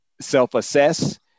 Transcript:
self-assess